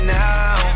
now